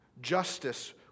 Justice